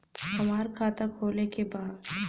हमार खाता खोले के बा?